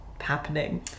happening